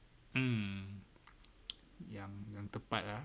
mm yang tepat ah